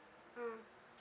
mm